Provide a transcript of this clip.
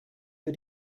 für